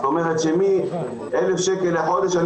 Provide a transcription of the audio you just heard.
זאת אומרת שמ-1,000 שקלים בחודש,